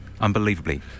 Unbelievably